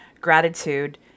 gratitude